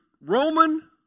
Roman